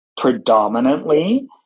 Predominantly